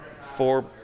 four